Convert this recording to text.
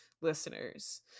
listeners